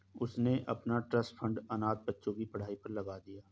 उसने अपना trust fund अनाथ बच्चों की पढ़ाई पर लगा दिया